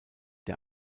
der